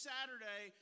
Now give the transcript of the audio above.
Saturday